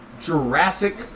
Jurassic